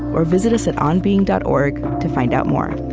or visit us at onbeing dot org to find out more